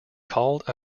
called